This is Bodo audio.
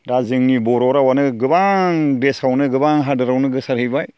दा जोंनि बर' रावआनो गोबां देसावनो गोबां हादरावनो गोसारहैबाय